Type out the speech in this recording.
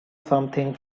something